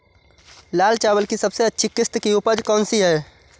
लाल चावल की सबसे अच्छी किश्त की उपज कौन सी है?